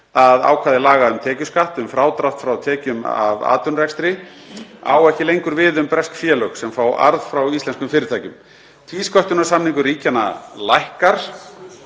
að ákvæði laga um tekjuskatt, um frádrátt frá tekjum af atvinnurekstri, á ekki lengur við um bresk félög sem fá arð frá íslenskum fyrirtækjum. Tvísköttunarsamningur ríkjanna lækkar,